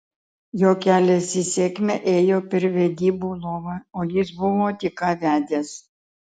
jo kelias į sėkmę ėjo per vedybų lovą o jis buvo tik ką vedęs